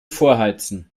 vorheizen